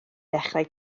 dechrau